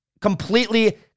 completely